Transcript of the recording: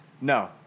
No